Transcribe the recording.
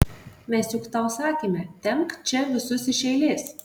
mes juk tau sakėme tempk čia visus iš eilės